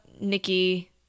Nikki